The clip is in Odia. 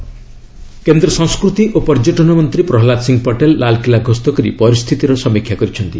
ପଟେଲ ରେଡ୍ଫୋଟ୍ କେନ୍ଦ୍ର ସଂସ୍କୃତି ଓ ପର୍ଯ୍ୟଟନ ମନ୍ତ୍ରୀ ପ୍ରହଲ୍ଲାଦ ସିଂହ ପଟେଲ୍ ଲାଲ୍କିଲା ଗସ୍ତ କରି ପରିସ୍ଥିତିର ସମୀକ୍ଷା କରିଛନ୍ତି